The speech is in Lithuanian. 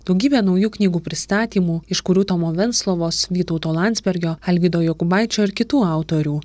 daugybė naujų knygų pristatymų iš kurių tomo venclovos vytauto landsbergio alvydo jokubaičio ir kitų autorių